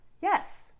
yes